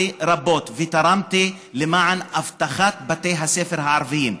רבות ותרמתי למען אבטחת בתי הספר הערביים,